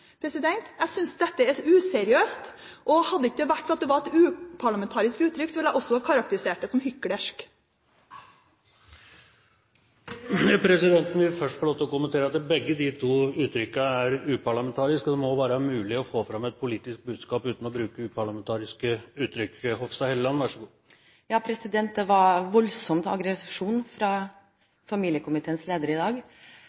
tiltaket. Jeg synes dette er useriøst, og hadde det ikke vært for at det var et uparlamentarisk uttrykk, ville jeg også karakterisert det som hyklersk. Presidenten vil få lov til å kommentere at begge de to uttrykkene er uparlamentariske, og det må være mulig å få fram et politisk budskap uten å bruke uparlamentariske uttrykk. Det var voldsomt